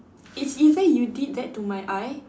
it's either you did that to my eye